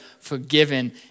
forgiven